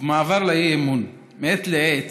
במעבר לאי-אמון, מעת לעת